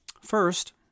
First